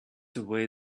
away